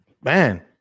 man